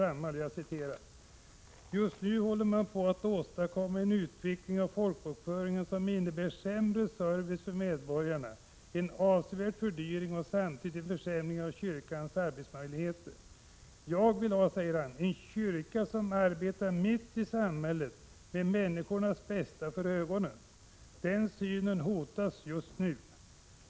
Han framhöll: ”Just nu håller man på att åstadkomma en utveckling av folkbokföringen som innebär sämre service för medborgarna, en avsevärd fördyring och samtidigt en försämring av kyrkans arbetsmöjligheter. Jag vill ha en kyrka som arbetar mitt i samhället med människors bästa för ögonen. Den synen hotas just nu.